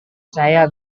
saya